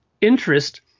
interest